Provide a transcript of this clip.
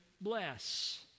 bless